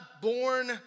born